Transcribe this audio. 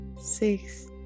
six